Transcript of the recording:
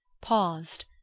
paused